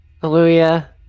Hallelujah